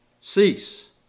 Cease